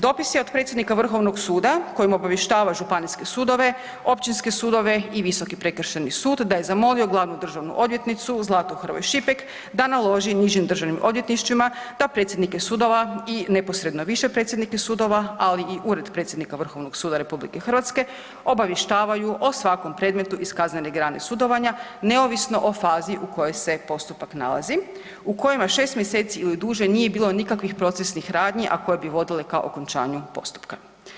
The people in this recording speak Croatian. Dopis je od predsjednika Vrhovnog suda kojim obavještava županijske sudove, općinske sudove i Visoki prekršajni sud da je zamolio glavnu državnu odvjetnicu Zlatu Hrvoje Šipek da naloži nižim državnim odvjetništvima da predsjednike sudova i neposredno više predsjednike sudova, ali i ured predsjednika Vrhovnog suda RH obavještavaju o svakom predmetu iz kaznene grane sudovanja neovisno o fazi u kojoj se postupak nalazi u kojima 6 mjeseci li duže nije bilo nikakvih procesnih radnji, a koje bi vodile ka okončanju postupka.